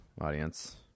audience